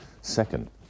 Second